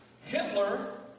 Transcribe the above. Hitler